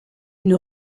une